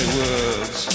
words